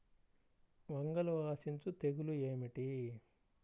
వంగలో ఆశించు తెగులు ఏమిటి?